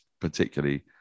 particularly